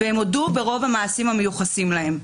והם הודו ברוב המעשים המיוחסים להם.